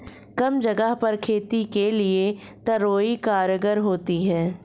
कम जगह पर खेती के लिए तोरई कारगर होती है